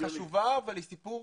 היא חשובה אבל היא סיפור